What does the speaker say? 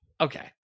Okay